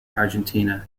argentina